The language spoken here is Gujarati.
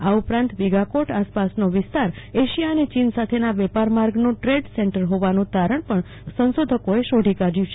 આ ઉપરાંત વિઘકોત આસપાસનો વિસ્તાર એશિયા અને ચીન સાથેના વેપારમાર્ગનું ટ્રેડ સેન્ટર હોવાનું તારણ પણ સંશોધકો એ શોધીન કાઢ્યું છે